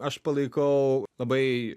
aš palaikau labai